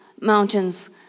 mountains